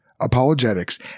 apologetics